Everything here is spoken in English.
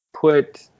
put